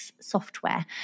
software